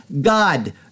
God